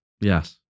Yes